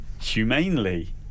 humanely